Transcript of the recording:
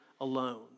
alone